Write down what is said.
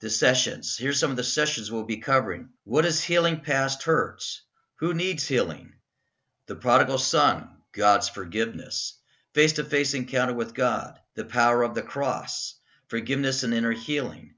week sessions some of the sessions will be covering what is healing past hurts who needs healing the prodigal son god's forgiveness face to face encounter with god the power of the cross forgiveness and inner healing